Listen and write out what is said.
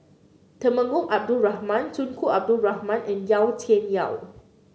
Temenggong Abdul Rahman Tunku Abdul Rahman and Yau Tian Yau